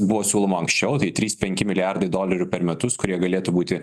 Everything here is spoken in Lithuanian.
buvo siūloma anksčiau tai trys penki milijardai dolerių per metus kurie galėtų būti